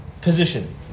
position